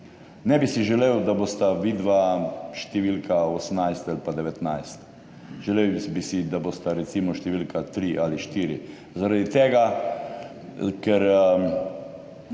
Ne bi si želel, da bosta vidva številka 18 ali pa 19. Želel bi si, da bosta recimo številka 3 ali 4, zaradi tega, ker